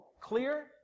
clear